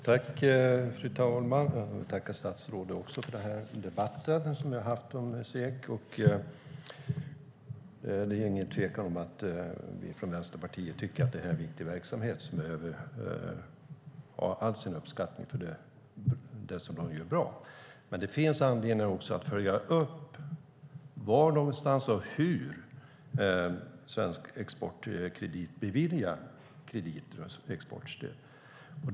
Fru talman! Jag tackar statsrådet för debatten om SEK. Det är ingen tvekan om att vi i Vänsterpartiet tycker att det här är en viktig verksamhet som behöver all uppskattning för det som fungerar bra. Men det finns anledning att följa upp var någonstans och hur SEK beviljar krediter och exportstöd.